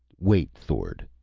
wait, thord!